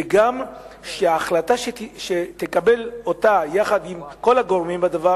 וגם שההחלטה שתקבל יחד עם כל הגורמים הנוגעים בדבר